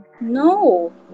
No